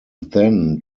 then